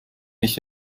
nicht